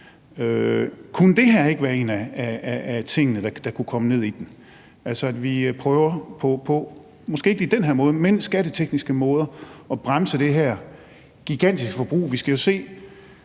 Kunne det her ikke være en af tingene, der kunne komme med i den, altså at vi måske ikke lige på den her måde, men på andre skattetekniske måder prøver på at bremse det her gigantiske forbrug? Vi kan se